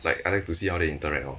like I like to see how they interact lor